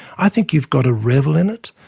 i think you've got to revel in it,